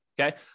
Okay